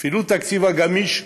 אפילו התקציב הגמיש הנדרש,